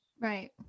right